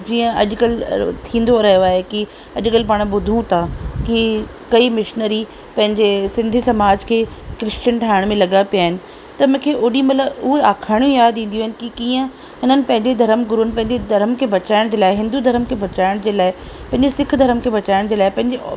जीअं अॼकल्ह थींदो रहियो आहे की अॼकल्ह पाण ॿुधूं था की कई मिशनरी पंहिंजी सिंधी समाज खे क्रिश्चन ठाहिण में लॻा पिया आहिनि त मूंखे ओॾीमहिल उहे अखाणियूं यादि ईंदियूं आहिनि की कीअं इन्हनि पंहिंजे धर्म गुरुनि पंहिंजे धर्म खे बचाइण जे लाइ हिंदू धर्म खे बचाइण जे लाइ पंहिंजे सिख धर्म खे बचाइण जे लाइ पंहिंजे